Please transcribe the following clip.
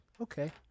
okay